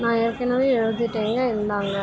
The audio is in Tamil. நான் ஏற்கனவே எழுதிவிட்டேங்க இந்தாங்க